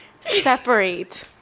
separate